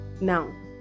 now